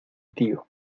tío